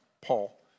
Paul